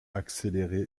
accéléré